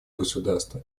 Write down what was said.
государства